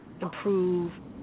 improve